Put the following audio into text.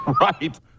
right